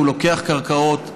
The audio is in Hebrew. היא לוקחת קרקעות,